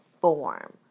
form